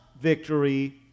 victory